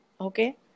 okay